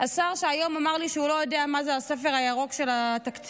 השר שהיום אמר לי שהוא לא ידוע מה זה הספר הירוק של התקציב.